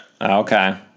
Okay